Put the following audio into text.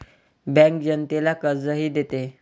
bank जनतेला कर्जही देते